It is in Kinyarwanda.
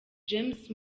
james